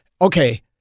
Okay